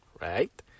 right